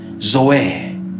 Zoe